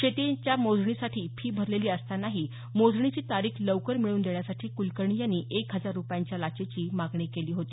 शेतीच्या मोजणीसाठी फी भरलेली असतांनाही मोजणीची तारीख लवकर मिळवून देण्यासाठी क्लकर्णी यांनी एक हजार रूपयांच्या लाचेची मागणी केली होती